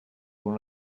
one